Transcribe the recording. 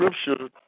scripture